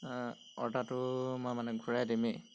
অৰ্ডাৰটো মই মানে ঘূৰাই দিমেই